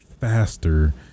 faster